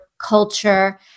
culture